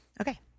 Okay